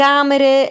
Camere